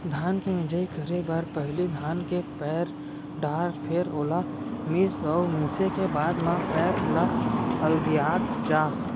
धान के मिंजई करे बर पहिली धान के पैर डार फेर ओला मीस अउ मिसे के बाद म पैरा ल अलगियात जा